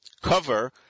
cover